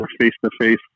face-to-face